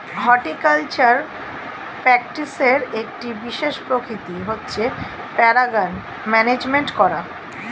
horticultural প্র্যাকটিসের একটি বিশেষ প্রকৃতি হচ্ছে পরাগায়ন ম্যানেজমেন্ট করা